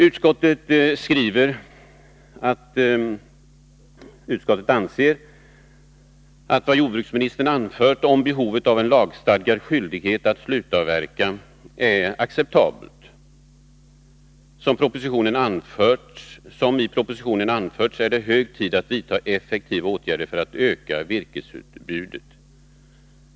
Utskottet skriver: ”Utskottet ansluter sig till vad jordbruksministern anfört om behovet av en lagstadgad skyldighet att slutavverka. Som i propositionen anförts är det hög tid att vidta effektiva åtgärder för att öka virkesutbudet.